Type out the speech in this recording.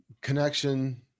connection